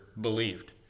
believed